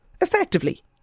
effectively